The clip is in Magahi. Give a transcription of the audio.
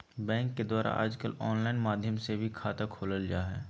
बैंक के द्वारा आजकल आनलाइन माध्यम से भी खाता खोलल जा हइ